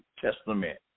Testament